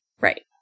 right